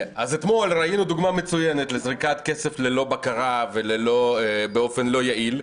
אז אתמול ראינו דוגמה מצוינת לזריקת כסף ללא בקרה ובאופן לא יעיל.